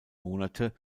monate